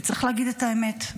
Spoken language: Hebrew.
וצריך להגיד את האמת,